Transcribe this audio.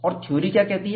और थ्योरी क्या कहती है